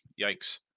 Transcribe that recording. Yikes